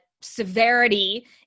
severity